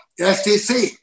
STC